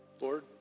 Lord